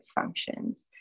functions